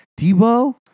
Debo